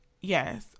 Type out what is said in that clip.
yes